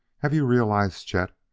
have you realized, chet,